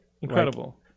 Incredible